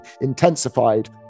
intensified